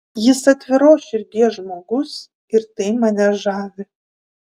jis atviros širdies žmogus ir tai mane žavi